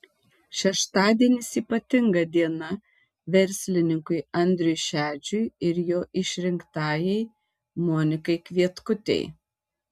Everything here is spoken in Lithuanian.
šeštadienis ypatinga diena verslininkui andriui šedžiui ir jo išrinktajai monikai kvietkutei